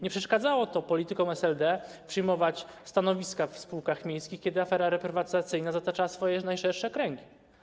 Nie przeszkadzało to politykom SLD przyjmować stanowisk w spółkach miejskich, kiedy afera reprywatyzacyjna zataczała najszersze kręgi.